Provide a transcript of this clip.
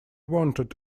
wanted